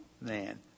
man